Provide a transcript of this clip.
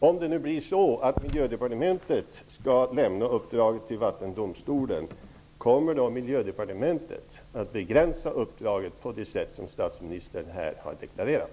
Om det nu blir så att Miljödepartementet skall lämna uppdraget till Vattendomstolen, kommer då Miljödepartementet att begränsa uppdraget på det sätt som statsministern här har deklarerat?